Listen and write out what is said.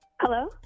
Hello